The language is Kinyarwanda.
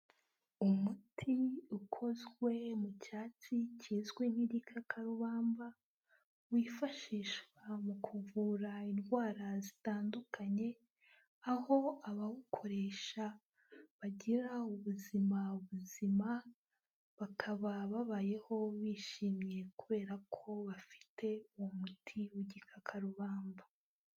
Umuti ukozwe mu cyatsi kizwi nk'igikakarubamba, wifashishwa mu kuvura indwara zitandukanye, aho abawukoresha bagira ubuzima buzima, bakaba babayeho bishimye, kubera ko bafite uwo muti w'igikakarubamba.